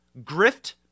grift